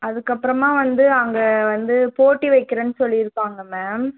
அதுக்கப்புறமா வந்து அங்கே வந்து போட்டி வைக்கிறன்னு சொல்லி இருக்காங்க மேம்